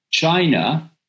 China